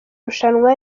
rushanwa